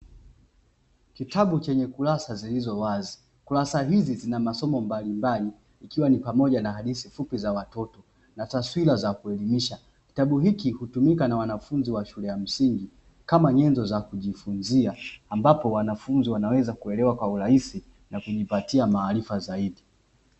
Kitabu chenye kurasa zilizo wazi kurasa hizi zina masomo mbalimbali ikiwa ni pamoja na hadithi fupi za watoto na taswira za kuelimisha, kitabu hiki hutumika na wanafunzi wa shule ya msingi kama nyenzo za kujifunzia, ambapo wanafunzi wanaweza kuelewa kwa urahisi na kujipatia maarifa zaidi.